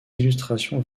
illustrations